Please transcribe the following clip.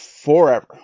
forever